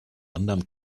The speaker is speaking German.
anderem